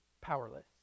powerless